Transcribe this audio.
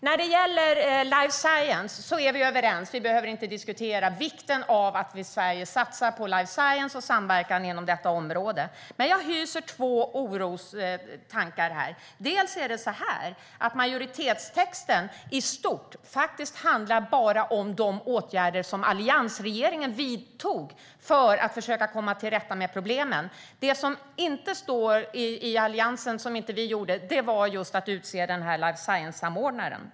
När det gäller life science är vi överens. Vi behöver inte diskutera vikten av att vi i Sverige satsar på life science och samverkan inom detta område, men jag hyser två orostankar här. Det första är att majoritetstexten i stort faktiskt bara handlar om de åtgärder som alliansregeringen vidtog för att försöka komma till rätta med problemen. Det som Alliansen inte gjorde var att utse den här nationella life science-samordnaren.